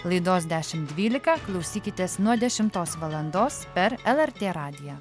laidos dešimt dvylika klausykitės nuo dešimtos valandos per lrt radiją